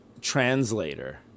translator